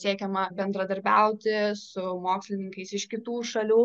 siekiama bendradarbiauti su mokslininkais iš kitų šalių